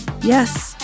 Yes